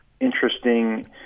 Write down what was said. interesting